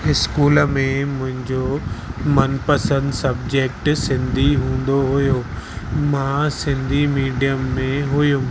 school में मुंहिंजो मनपसंदि सब्जैक्ट सिंधी हूंदो हुओ मां सिंधी मिडियम में हुयुमि